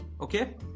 okay